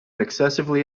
excessively